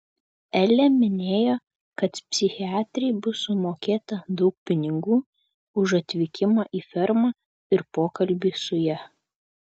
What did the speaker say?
elė minėjo kad psichiatrei bus sumokėta daug pinigų už atvykimą į fermą ir pokalbį su ja